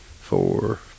four